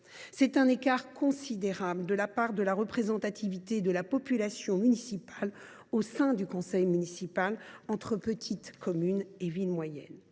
là d’un écart considérable en termes de représentativité de la population municipale au sein du conseil municipal entre les petites communes et les villes moyennes.